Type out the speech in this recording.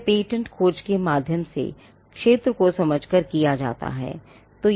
यह पेटेंट खोज के माध्यम से क्षेत्र को समझ कर किया जाता है